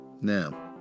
Now